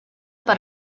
per